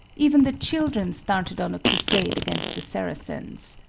even the children started on a crusade against the saracens.